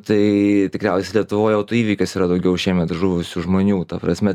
tai tikriausiai lietuvoj autoįvykiuose yra daugiau šiemet žuvusių žmonių ta prasme